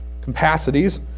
capacities